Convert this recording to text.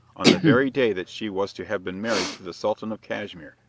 on the very day that she was to have been married to the sultan of cashmere.